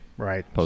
Right